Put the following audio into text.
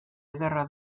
ederra